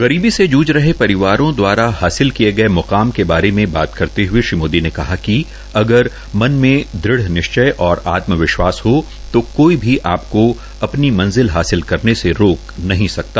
गरीबी से जूझ रके परिवारों द्वारा हासिल किये गये मुकाम के बारे करते हए श्री मोदी ने कहा कि अगर मन में दृढ़ निश्चय और आत्म विश्वास हो तो कोई भी आपको अपनी मंजिल हासिल करने से रोक नहीं सकता